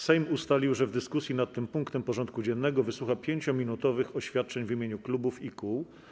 Sejm ustalił, że w dyskusji nad tym punktem porządku dziennego wysłucha 5-minutowych oświadczeń w imieniu klubów i kół.